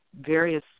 various